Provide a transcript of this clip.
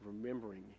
remembering